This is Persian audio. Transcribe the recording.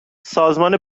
سازمان